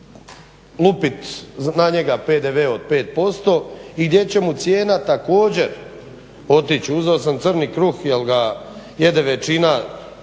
lupit na njega PDV od 5% i gdje će mu cijena također otići. Uzeo sam crni kruh jer ga jede većina